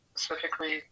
Specifically